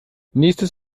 nächstes